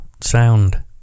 Sound